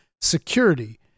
security